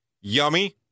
Yummy